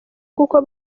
kuko